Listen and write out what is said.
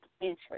interest